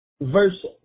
verse